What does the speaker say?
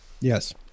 Yes